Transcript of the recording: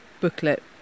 booklet